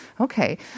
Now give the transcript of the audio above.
Okay